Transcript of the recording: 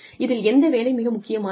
இதில் எந்த வேலை மிக முக்கியமானது